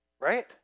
Right